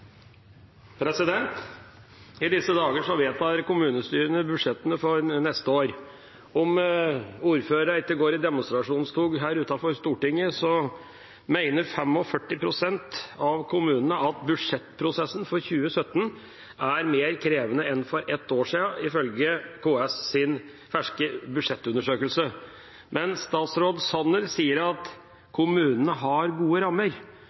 I disse dager vedtar kommunestyrene budsjettene for neste år. Om ordførerne ikke går i demonstrasjonstog her utenfor Stortinget, mener 45 pst. av kommunene at budsjettprosessen for 2017 er mer krevende enn for et år siden, ifølge KS’ ferske budsjettundersøkelse. Men statsråd Sanner sier at kommunene har gode rammer.